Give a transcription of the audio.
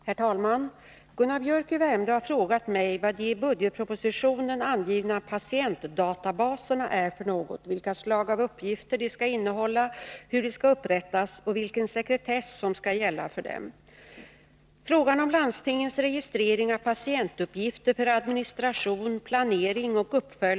Herr talman! Gunnar Biörck i Värmdö har frågat mig vad de i budgetpropositionen angivna patientdatabaserna är för något, vilka slag av uppgifter de skall innehålla, hur de skall upprättas och vilken sekretess som skall gälla för dem.